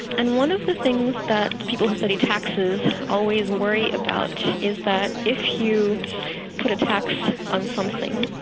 and one of the things that people who study taxes always worry about is that if you put a tax on something,